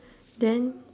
then